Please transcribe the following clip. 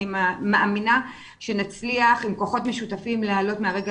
אני מאמינה שנצליח עם כוחות משותפים להעלות מהרגע